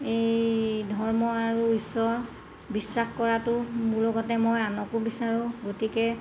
এই ধৰ্ম আৰু ঈশ্বৰ বিশ্বাস কৰাটো মোৰ লগতে মই আনকো বিচাৰোঁ গতিকে